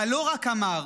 אבל הוא לא רק אמר,